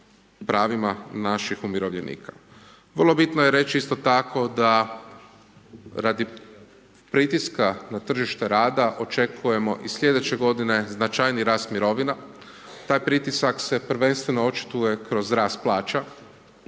pravim naših umirovljenika. Vrlo bitno je reći isto tako da radi pritiska na tržište rada očekujemo i slijedeće godine značajniji rast mirovina taj pritisak se prvenstveno očituje kroz rast plaća